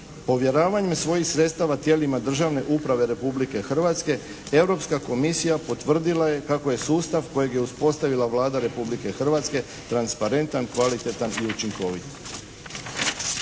Povjeravanjem svojih sredstava tijelima državne uprave Republike Hrvatske Europska Komisija potvrdila je kako je sustav kojeg je uspostavila Vlada Republike Hrvatske transparentan, kvalitetan i učinkovit.